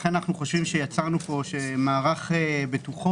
לכן אנו חושבים שיצרנו פה מערך בטוחות